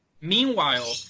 Meanwhile